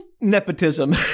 nepotism